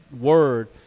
word